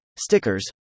stickers